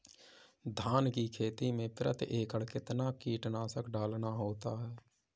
धान की खेती में प्रति एकड़ कितना कीटनाशक डालना होता है?